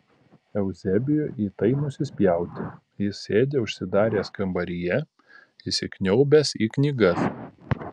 euzebijui į tai nusispjauti jis sėdi užsidaręs kambaryje įsikniaubęs į knygas